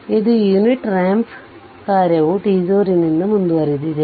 ಇದು unit ramp ಕಾರ್ಯವು t0 ನಿಂದ ಮುಂದುವರೆದಿದೆ